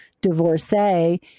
divorcee